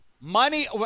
Money –